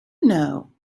know